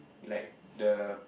like the